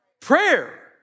prayer